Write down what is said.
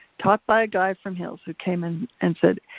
taught by a guy from hill's who came in and said,